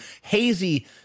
hazy